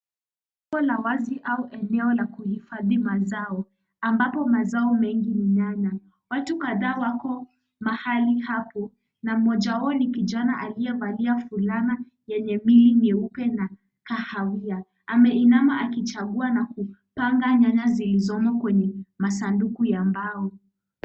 Soko la wazi au eneo la kuhifadhi mazao, ambapo mazao mengi ni nyanya. Watu kadhaa wako mahali hapo na mmoja wao ni kijana aliyevalia fulana yenye mili nyeupe na kahawia ameinama na kuchagua akipanga nyanya zilizomo kwenye masanduku ya mbao.